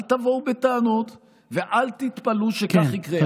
אל תבואו בטענות ואל תתפלאו שכך יקרה.